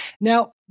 Now